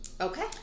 Okay